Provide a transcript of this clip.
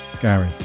Gary